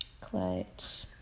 Clutch